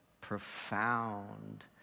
profound